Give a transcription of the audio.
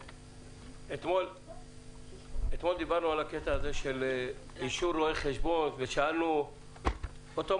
אתמול דיברנו על הקטע הזה של אישור רואה חשבון ושאלנו אוטומטית: